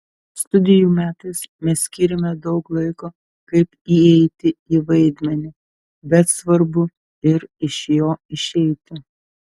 studijų metais mes skyrėme daug laiko kaip įeiti į vaidmenį bet svarbu ir iš jo išeiti